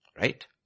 Right